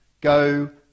go